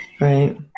Right